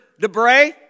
Debray